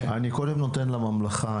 אני קודם נותן לממלכה,